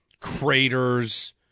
craters